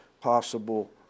possible